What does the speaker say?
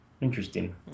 Interesting